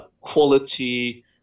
quality